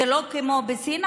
זה לא כמו בסין,